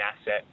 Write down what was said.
asset